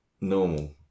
Normal